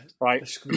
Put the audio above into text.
right